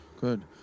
Good